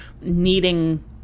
needing